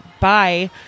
bye